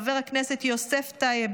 חבר הכנסת יוסף טייב,